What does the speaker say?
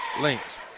links